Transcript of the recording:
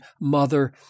mother